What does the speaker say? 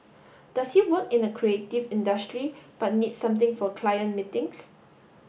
does he work in a creative industry but needs something for client meetings